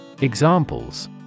Examples